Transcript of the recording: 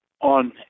On